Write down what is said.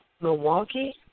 Milwaukee